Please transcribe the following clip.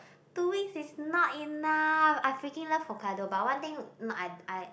two weeks is not enough I freaking love Hokkaido but one thing not I I